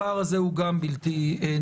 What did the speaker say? הפער הזה הוא גם בלתי נסבל.